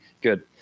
good